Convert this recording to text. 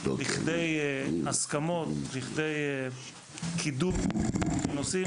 לכדי הסכמות וקידום נושאים,